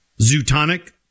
Zootonic